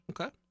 Okay